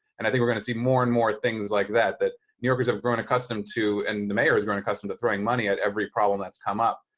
and i think we're going to see more and more things like that, that new yorkers have grown accustomed to, and the mayor has grown accustomed to throwing money at every problem that's come up,